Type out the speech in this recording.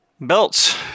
Belts